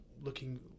looking